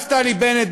נפתלי בנט,